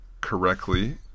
correctly